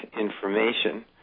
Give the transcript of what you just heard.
information